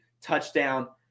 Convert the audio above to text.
touchdown